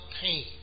pain